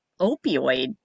opioid